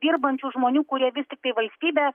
dirbančių žmonių kurie vis tiktai valstybę